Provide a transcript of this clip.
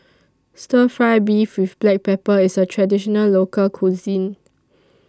Stir Fry Beef with Black Pepper IS A Traditional Local Cuisine